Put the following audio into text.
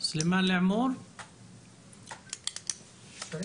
מרגריטה ממשרד המשפטים רוצה